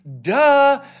duh